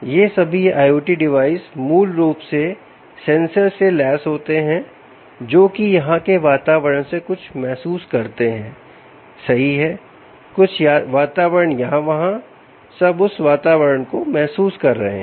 यह सभी IOT device मूल रूप से सेंसर सुसज्जित होते हैं जोकि यहां के वातावरण से कुछ महसूस करते हैं सही है कुछ वातावरण यहां वहां सब उस वातावरण को महसूस कर रहे हैं